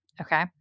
Okay